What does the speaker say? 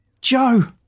Joe